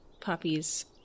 puppies